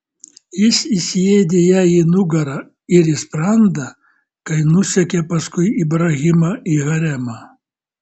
jis įsiėdė jai į nugarą ir į sprandą kai nusekė paskui ibrahimą į haremą